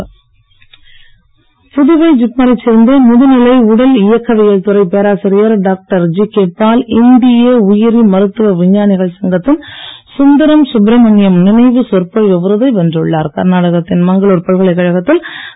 ஜிப்மர் புதுவை ஜிப்மரைச் சேர்ந்த முதுநிலை உடல் இயக்கவியல் துறை பேராசிரியர் டாக்டர் ஜிகே பால் இந்திய உயிரி மருத்துவ விஞ்ஞானிகள் சங்கத்தின் சுந்தரம் சுப்பிரமணியம் நினைவுச் சொற்பொழிவு விருதை கர்நாடகத்தின் மங்களுர் பல்கலைக்கழகத்தில் வென்றுள்ளார்